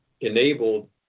enabled